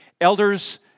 Elders